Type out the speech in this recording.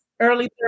early